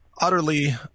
utterly